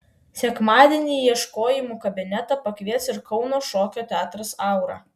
sekmadienį į ieškojimų kabinetą pakvies ir kauno šokio teatras aura